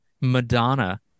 Madonna